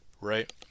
Right